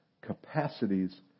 capacities